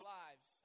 lives